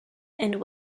and